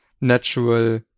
natural